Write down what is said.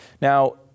Now